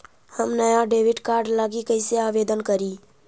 हम नया debit card लागी कईसे आवेदन करी?